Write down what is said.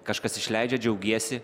kažkas išleidžia džiaugiesi